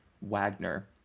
Wagner